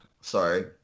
sorry